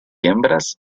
hembras